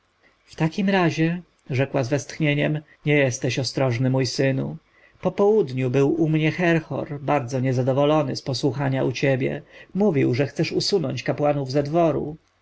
w takim razie rzekła z westchnieniem nie jesteś ostrożny mój synu po południu był u mnie herhor bardzo niezadowolony z posłuchania u ciebie mówił że chcesz usunąć kapłanów ze dworu